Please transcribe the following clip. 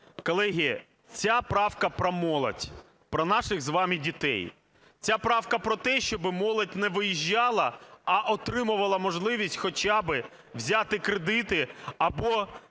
Колеги, ця правка про молодь, про наших з вами дітей. Ця правка про те, щоб молодь не виїжджала, а отримувала можливість хоча би взяти кредити або